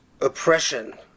oppression